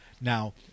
Now